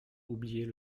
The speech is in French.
oublier